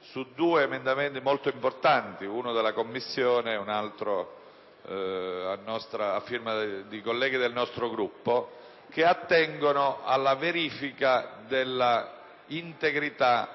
su due emendamenti molto importanti - uno della Commissione e uno a firma di colleghi del Partito Democratico - che attengono alla verifica dell'integrità